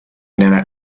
never